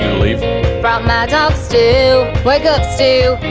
leave brought my dog stu wake up stu!